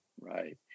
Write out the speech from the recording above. Right